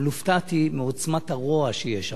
אבל הופתעתי מעוצמת הרוע שיש שם.